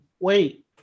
Wait